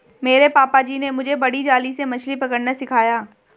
मेरे पापा जी ने मुझे बड़ी जाली से मछली पकड़ना सिखाया